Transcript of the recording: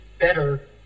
better